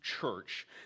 church